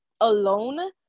alone